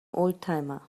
oldtimer